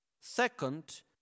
Second